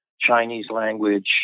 Chinese-language